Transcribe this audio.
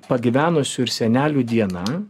pagyvenusių ir senelių diena